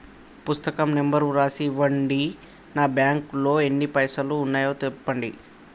పుస్తకం నెంబరు రాసి ఇవ్వండి? నా బ్యాంకు లో ఎన్ని పైసలు ఉన్నాయో చెప్పండి?